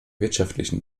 wirtschaftlichen